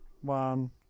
One